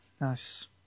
Nice